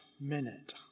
minute